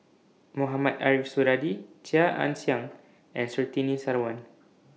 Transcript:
Mohamed Ariff Suradi Chia Ann Siang and Surtini Sarwan